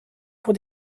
pour